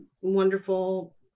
wonderful